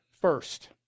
first